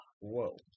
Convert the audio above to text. whoa